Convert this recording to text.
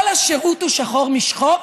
כל השירות הוא שחור משחור?